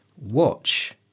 watch